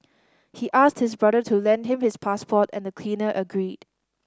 he asked his brother to lend him his passport and the cleaner agreed